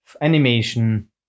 animation